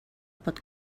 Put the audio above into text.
pot